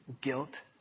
guilt